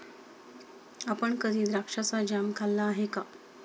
आपण कधी द्राक्षाचा जॅम खाल्ला आहे का?